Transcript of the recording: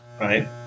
Right